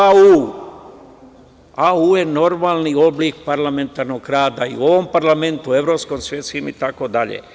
Au je normalni oblik parlamentarnog rada, i u ovom parlamentu, i evropskom, svetskim, itd.